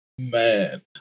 man